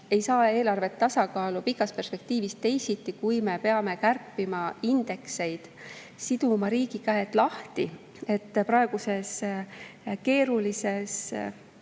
ei saa eelarvet tasakaalu pikas perspektiivis teisiti, kui me peame kärpima indekseid, siduma riigi käed lahti, et järjekordses keerulises